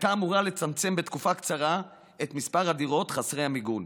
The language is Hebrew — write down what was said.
הייתה אמורה לצמצם בתקופה קצרה את מספר הדירות חסרות המיגון.